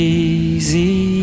easy